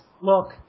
look